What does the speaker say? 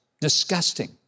disgusting